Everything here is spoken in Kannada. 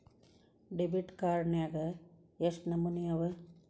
ಡೆಬಿಟ್ ಕಾರ್ಡ್ ನ್ಯಾಗ್ ಯೆಷ್ಟ್ ನಮನಿ ಅವ?